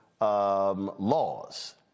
laws